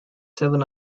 seven